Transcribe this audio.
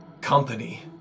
company